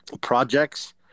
projects